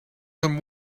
than